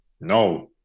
No